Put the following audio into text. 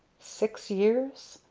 six years?